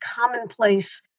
commonplace